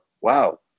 Wow